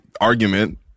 argument